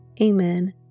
Amen